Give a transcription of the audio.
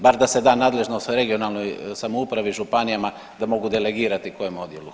Bar da se da nadležnost regionalnoj samoupravi, županijama da mogu delegirati kojem odjelu.